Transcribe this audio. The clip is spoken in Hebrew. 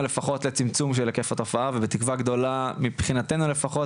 או לפחות לצמצום של היקף התופעה ובתקווה גדולה מבחינתנו לפחות,